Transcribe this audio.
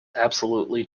absolutely